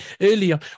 earlier